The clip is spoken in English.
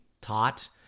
taught